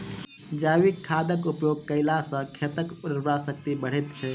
जैविक खादक उपयोग कयला सॅ खेतक उर्वरा शक्ति बढ़ैत छै